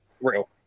real